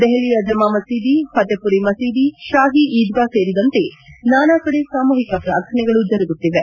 ದೆಹಲಿಯ ಜಮಾ ಮಸೀದಿ ಪಥೇಪುರಿ ಮಸೀದಿ ಶಾಹೀ ಈದ್ಗಾ ಸೇರಿದಂತೆ ನಾನಾ ಕಡೆ ಸಾಮೂಹಿಕ ಪ್ರಾರ್ಥನೆಗಳು ಜರುಗುತ್ತಿವೆ